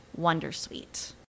wondersuite